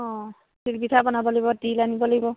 অঁ তিল পিঠা বনাব লাগিব তিল আনিব লাগিব